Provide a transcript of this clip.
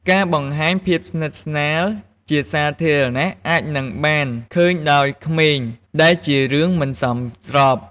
ការបង្ហាញភាពស្និទ្ធស្នាលជាសាធារណៈអាចនឹងបានឃើញដោយក្មេងដែលជារឿងមិនសមស្រប។